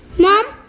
mom?